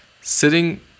sitting